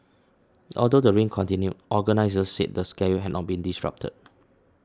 although the rain continued organisers said the schedule had not been disrupted